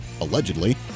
allegedly